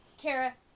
Kara